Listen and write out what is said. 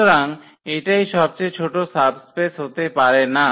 সুতরাং এটাই সবচেয়ে ছোট সাব স্পেস হতে পারে না